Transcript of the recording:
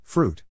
Fruit